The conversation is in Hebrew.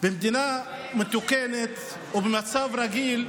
במדינה מתוקנת ובמצב רגיל,